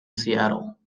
seattle